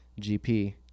GP